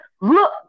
Look